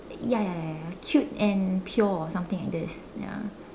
ya ya ya ya ya cute and pure something like this ya